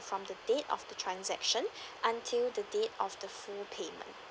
from the date of the transaction until the date of the full payment